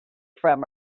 from